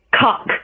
cock